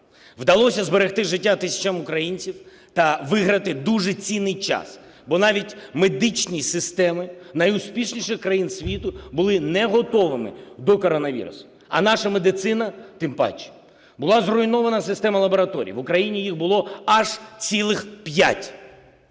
Вдалося зберегти життя тисячам українців та виграти дуже цінний час, бо навіть медичні системи найуспішніших країн світу були не готовими до коронавірусу, а наша медицина тим паче. Була зруйнована система лабораторій, в Україні їх було аж цілих 5.